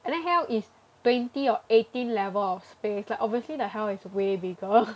and then hell is twenty or eighteen level of space like obviously the hell is way bigger